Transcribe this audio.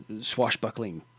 swashbuckling